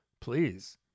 Please